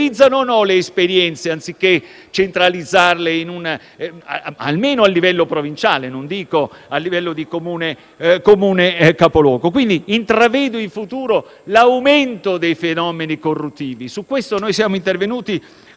o no le esperienze, anziché centralizzarle, almeno a livello provinciale, non dico a livello di Comune capoluogo? Quindi intravedo in futuro l'aumento dei fenomeni corruttivi. Su questo noi siamo intervenuti